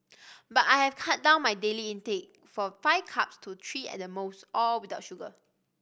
but I have cut down my daily intake from five cups to three at the most all without sugar